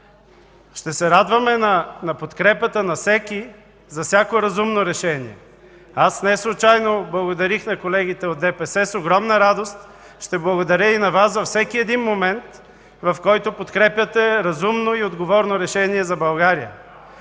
Ще се радваме на подкрепата на всеки за всяко разумно решение. Аз не случайно благодарих на колегите от ДПС. С огромна радост ще благодаря и на Вас във всеки един момент, в който подкрепяте разумно и отговорно решение за България.